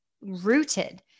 rooted